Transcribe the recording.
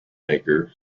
maker